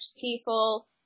people